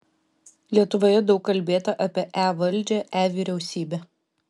lietuvoje daug kalbėta apie e valdžią e vyriausybę